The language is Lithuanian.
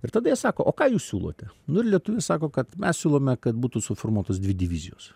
ir tada jie sako o ką jūs siūlote nu ir lietuviai sako kad mes siūlome kad būtų suformuotos dvi divizijos